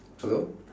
hello